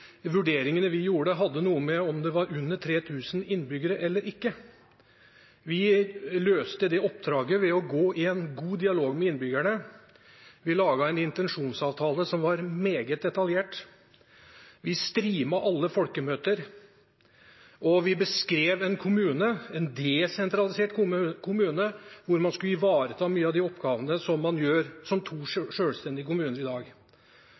var under 3 000 innbyggere eller ikke. Vi løste det oppdraget ved å gå i en god dialog med innbyggerne. Vi laget en intensjonsavtale som var meget detaljert. Vi strømmet alle folkemøter, og vi beskrev en kommune, en desentralisert kommune, hvor man skulle ivareta mange av de oppgavene som to selvstendige kommuner gjør i dag. Vi sa at vi ville lytte til folket. I